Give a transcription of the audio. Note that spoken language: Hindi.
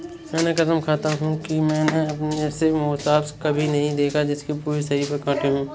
मैं कसम खाता हूँ कि मैंने ऐसा मोलस्क कभी नहीं देखा जिसके पूरे शरीर पर काँटे हों